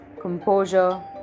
composure